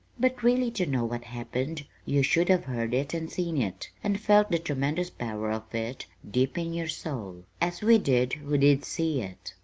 but really to know what happened, you should have heard it and seen it, and felt the tremendous power of it deep in your soul, as we did who did see it.